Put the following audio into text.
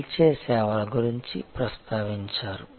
గెలిచే సేవల గురించి ప్రస్తావించారు